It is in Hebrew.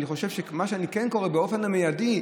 אני חושב שמה שאני כן קורא להם לעשות באופן מיידי,